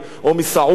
שם אתה תצחק.